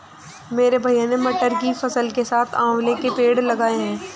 मेरे भैया ने मटर की फसल के साथ आंवला के पेड़ लगाए हैं